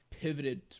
pivoted